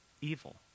evil